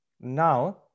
Now